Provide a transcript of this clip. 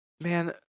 Man